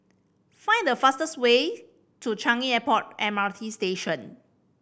find the fastest way to Changi Airport M R T Station